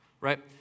right